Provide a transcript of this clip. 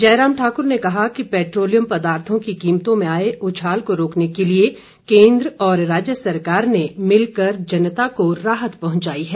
जयराम ठाकुर ने कहा कि पैट्रोलियम पदार्थों की कीमतों में आए उछाल को रोकने के लिए केन्द्र और राज्य सरकार ने मिलकर जनता को राहत पहुंचाई है